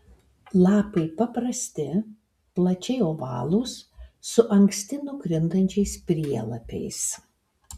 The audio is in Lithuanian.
lapai paprasti plačiai ovalūs su anksti nukrintančiais prielapiais